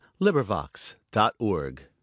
LibriVox.org